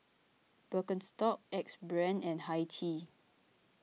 Birkenstock Axe Brand and Hi Tea